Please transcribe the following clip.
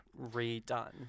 redone